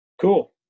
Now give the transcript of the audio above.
Cool